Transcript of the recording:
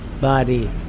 body